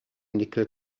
nickel